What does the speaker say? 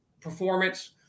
performance